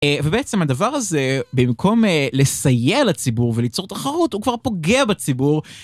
ובעצם הדבר הזה במקום לסייע לציבור וליצור תחרות הוא כבר פוגע בציבור.